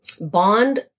bond